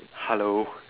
hello